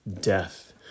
death